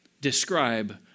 describe